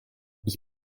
ich